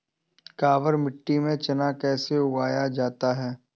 काबर मिट्टी में चना कैसे उगाया जाता है?